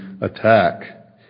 attack